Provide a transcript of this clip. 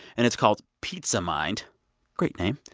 and it's called pizza mind great name.